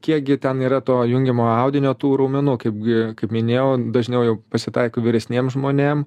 kiek gi ten yra to jungiamojo audinio tų raumenų kaip gi kaip minėjau dažniau jau pasitaiko vyresniem žmonėm